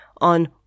on